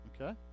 Okay